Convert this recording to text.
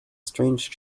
strange